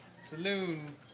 Saloon